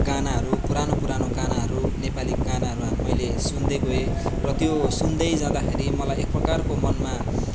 गानाहरू पुरानो पुरानो गानाहरू नेपाली गानाहरू मैले सुन्दै गएँ र त्यो सुन्दै जाँदाखेरि मलाई एकप्रकारको मनमा